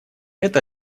это